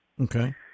okay